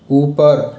ऊपर